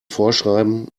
vorschreiben